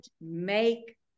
make